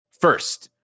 First